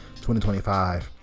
2025